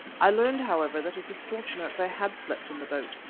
i learned, however, that it was fortunate they had slept in the boat,